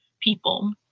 people